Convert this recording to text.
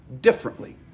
differently